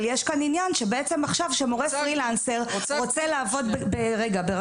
אבל יש כאן עניין שבעצם עכשיו כשמורה פרלינסר רוצה לעבוד ברשות,